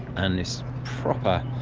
and this proper,